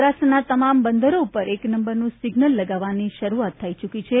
સૌરાષ્ટ્રના તમામ બંદરો ઉપર એક નંબરનું સિગ્નલ લગાવવાની શરૂઆત થઇ ચૂકી છે